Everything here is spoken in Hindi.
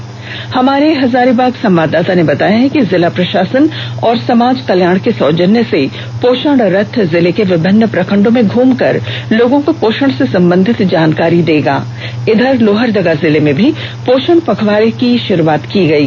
वहीं हमारे हजारीबाग संवाददाता ने बताया है कि जिला प्रशासन एवं समाज कल्याण के सौजन्य से पोषण रथ जिले के विभिन्न प्रखण्डों में घ्रमकर लोगों को पोषण से संबंधित जानकारी देगी इधर लोहरदगा जिले में भी पोषण पखवाड़ा की शुरूआत की गयी